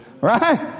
right